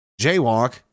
jaywalk